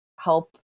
help